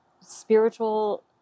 spiritual